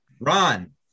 Ron